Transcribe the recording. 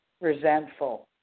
resentful